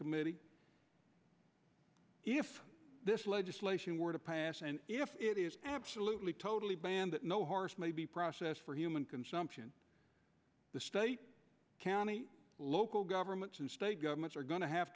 committee if this legislation were to pass and if it is absolutely totally banned that no horse maybe process for human consumption the state county local governments and state governments are going to have